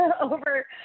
over